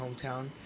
hometown